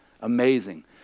Amazing